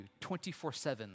24-7